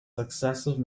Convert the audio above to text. successive